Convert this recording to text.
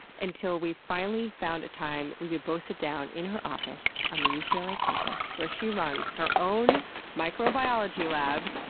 until we finally found a time we could both sit down in her office on the ucla yeah like campus, where she runs her own microbiology lab.